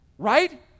right